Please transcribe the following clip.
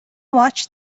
watched